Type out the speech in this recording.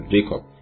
Jacob